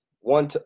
one